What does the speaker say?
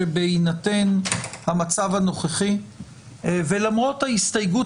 שבהינתן המצב הנוכחי ולמרות ההסתייגות